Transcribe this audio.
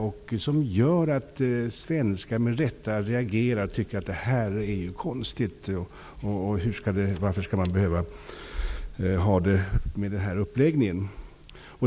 Det gör att svenskar med rätta reagerar och tycker att det är konstigt. De undrar varför det skall behöva vara så här.